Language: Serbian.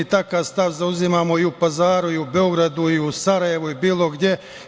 Takav stav zauzimamo i u Pazaru, u Beogradu, u Sarajevu i bilo gde.